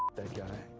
that guy.